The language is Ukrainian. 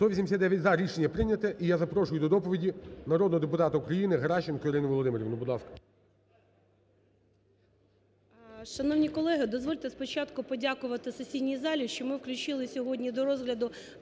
За-189 Рішення прийняте. І я запрошую до доповіді народного депутата України Геращенко Ірину Володимирівну, будь